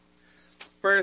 First